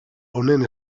honen